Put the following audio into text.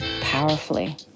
powerfully